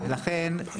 לכן,